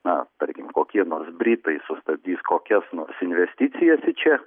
na tarkim kokie nors britai sustabdys kokias nors investicijas į čia